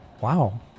Wow